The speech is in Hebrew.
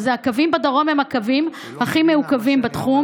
הקווים בדרום הם הקווים הכי מעוכבים בתחום.